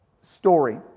story